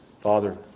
Father